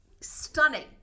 stunning